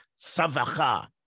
savacha